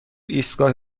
ایستگاه